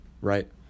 right